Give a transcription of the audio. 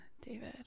David